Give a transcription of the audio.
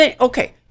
Okay